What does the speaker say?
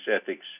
ethics